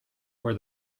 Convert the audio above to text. where